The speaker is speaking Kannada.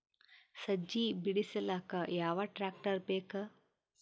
ಸಜ್ಜಿ ಬಿಡಿಸಿಲಕ ಯಾವ ಟ್ರಾಕ್ಟರ್ ಬೇಕ?